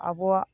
ᱟᱵᱚᱣᱟᱜ